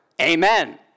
amen